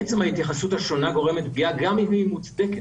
עצם ההתייחסות השונה גורמת פגיעה גם אם היא מוצדקת,